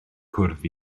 cwrdd